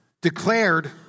declared